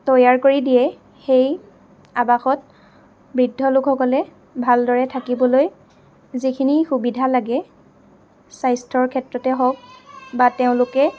তৈয়াৰ কৰি দিয়ে সেই আৱাসত বৃদ্ধ লোকসকলে ভালদৰে থাকিবলৈ যিখিনি সুবিধা লাগে স্বাস্থ্য়ৰ ক্ষেত্ৰতে হওক বা তেওঁলোকে